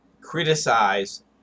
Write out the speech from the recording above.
criticize